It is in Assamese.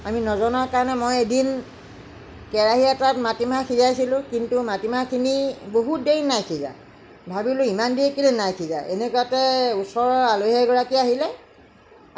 আমি নজনা কাৰণে এদিন কেৰাহী এটাত মাটিমান সিজাইছিলোঁ কিন্তু মাটিমাহ খিনি বহুত দেৰি নাইসিজা ভাবিলো ইমান দেৰি কেলে নাইসিজা এনেকুৱাতে ওচৰৰ আলহী এগৰাকী আহিলে